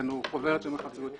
הוציאנו חוברת על המרחב הציבורי.